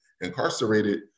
incarcerated